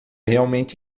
realmente